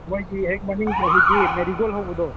ꯃꯣꯏꯒꯤ ꯍꯦꯛ ꯃꯅꯤꯡꯒꯤ ꯑꯩꯈꯣꯏꯒꯤ ꯃꯦꯔꯤꯒꯣꯜ ꯍꯧꯕꯗꯣ